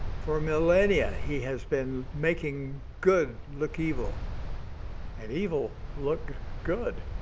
for millennia he has been making good look evil and evil look good.